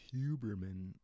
Huberman